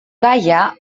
gaia